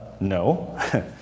No